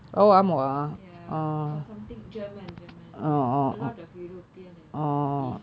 ya got something german german got a lot of european and asian